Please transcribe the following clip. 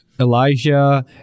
Elijah